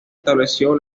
estableció